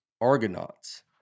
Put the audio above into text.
Argonauts